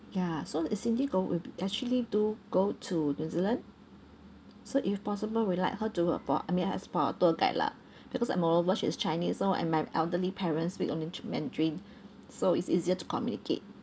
ya so is cindy go with actually do go to new zealand so if possible we like her to work for I mean as our tour guide lah because like moreover she is chinese so and my elderly parents speak only to mandarin so it's easier to communicate